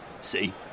See